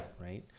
Right